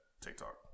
TikTok